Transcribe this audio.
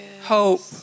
hope